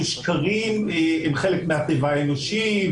ששקרים הם חלק מהטבע האנושי.